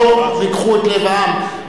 לא ריככו את לב העם,